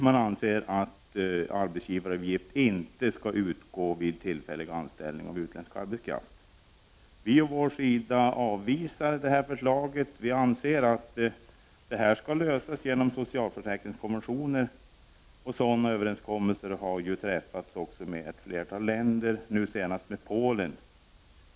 Man anser att arbetsgivaravgift inte skall utgå vid tillfällig anställning av utländsk arbetskraft. Vi avvisar detta förslag och anser att det här skall lösas genom socialförsäkringskonventioner. Sådana överenskommelser har träffats med ett flertal länder — nu senast med Polen.